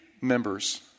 members